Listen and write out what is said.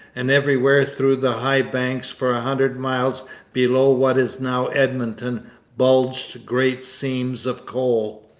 and everywhere through the high banks for a hundred miles below what is now edmonton bulged great seams of coal.